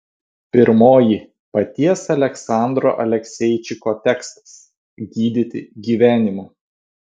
pirmoji paties aleksandro alekseičiko tekstas gydyti gyvenimu